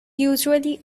usually